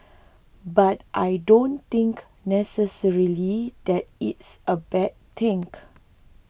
but I don't think necessarily that it's a bad thing